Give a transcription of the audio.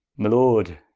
my lord,